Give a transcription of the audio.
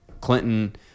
Clinton